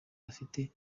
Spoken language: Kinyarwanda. afite